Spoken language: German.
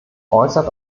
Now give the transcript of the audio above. äußert